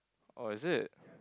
orh is it